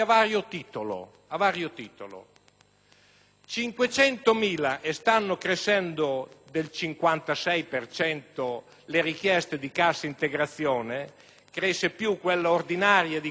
500.000 (e stanno crescendo del 56 per cento) le richieste di cassa integrazione (cresce più quella ordinaria di quella straordinaria).